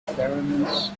experiments